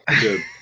Good